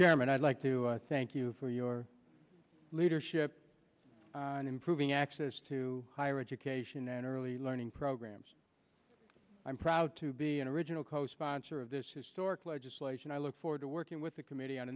chairman i'd like to thank you for your leadership and improving access to higher education and early learning programs i'm proud to be an original co sponsor of this historic legislation i look forward to working with the committee